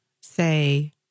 say